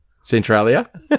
Centralia